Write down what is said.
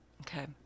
Okay